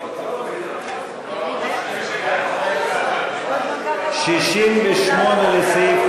ההסתייגות (68) של קבוצת סיעת הרשימה המשותפת וקבוצת סיעת מרצ לסעיף 5